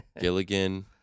Gilligan